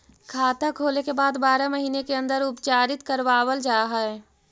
खाता खोले के बाद बारह महिने के अंदर उपचारित करवावल जा है?